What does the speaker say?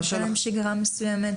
וזה נותן להם שגרה מסוימת.